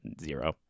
zero